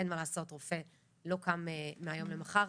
אין מה לעשות, רופא לא קם מהיום למחר.